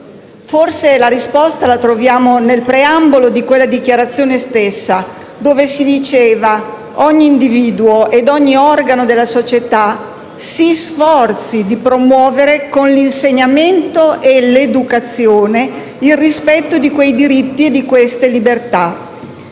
Forse la risposta la troviamo nel preambolo di quella Dichiarazione, dove si diceva: «Ogni individuo ed ogni organo della società si sforzi di promuovere, con l'insegnamento e l'educazione, il rispetto di questi diritti e di queste libertà»;